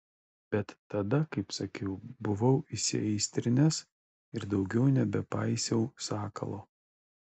bet tada kaip sakiau buvau įsiaistrinęs ir daugiau nebepaisiau sakalo